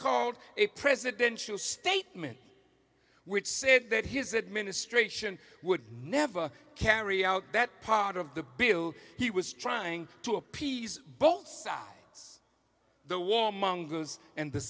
called a presidential statement which said that his administration would never carry out that part of the bill he was trying to appease both sides the war mongers and the